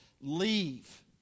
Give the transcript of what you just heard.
Leave